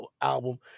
Album